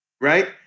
Right